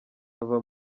ava